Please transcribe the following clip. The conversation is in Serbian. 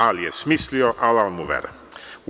Ali je smislio, alal mu vera.